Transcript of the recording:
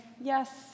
yes